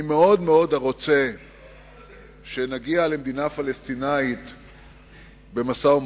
אני מאוד מאוד רוצה שנגיע למדינה פלסטינית במשא-ומתן,